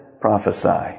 Prophesy